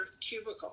cubicle